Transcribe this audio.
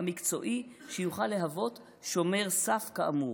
המקצועי שיוכל להוות שומר סף כאמור.